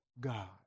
God